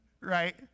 Right